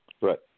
Right